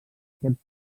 aquest